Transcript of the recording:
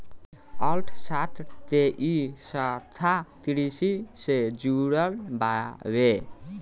अर्थशास्त्र के इ शाखा कृषि से जुड़ल बावे